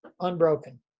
unbroken